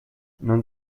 non